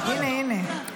הינה, הינה.